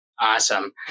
Awesome